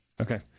Okay